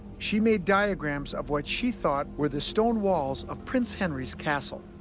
she made diagrams of what she thought were the stone walls of prince henry's castle.